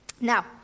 Now